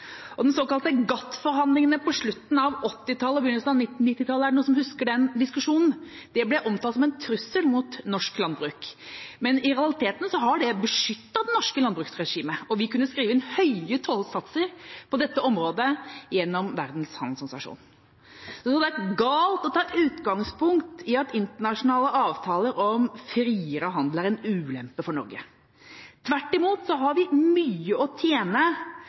såkalte GATT-forhandlingene på slutten av 1980-tallet og begynnelsen av 1990-tallet – er det noen som husker den diskusjonen? De ble omtalt som en trussel mot norsk landbruk, men i realiteten har de beskyttet det norske landbruksregimet, og vi kunne skrive inn høye tollsatser på dette området gjennom Verdens handelsorganisasjon. Det ville vært galt å ta utgangspunkt i at internasjonale avtaler om friere handel er en ulempe for Norge. Tvert imot har vi mye å tjene